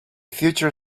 future